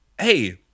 hey